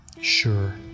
Sure